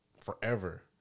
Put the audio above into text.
forever